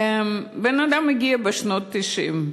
הבן-אדם הגיע בשנות ה-90.